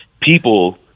people